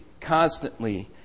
constantly